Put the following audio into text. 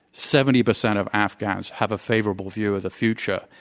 seventy percent of afghans have a favorable view of the future.